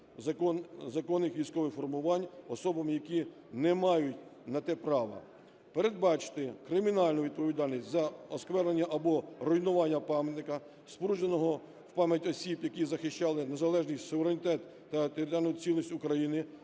законних військових формувань особами, які не мають на те права. Передбачити кримінальну відповідальність за осквернення або руйнування пам'ятника, спорудженого в пам'ять осіб, які захищали незалежність, суверенітет та територіальну цілісність України